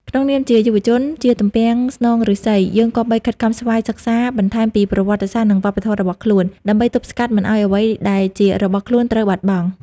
ក្នុងនាមជាយុវជន ជាទំពាំងស្នងឫស្សី យើងគប្បីខិតខំស្វ័យសិក្សាបន្ថែមពីប្រវត្តិសាស្ត្រ និងវប្បធម៌របស់ខ្លួន ដើម្បីទប់ស្កាត់មិនឱ្យអ្វីដែលជារបស់ខ្លួនត្រូវបាត់បង់។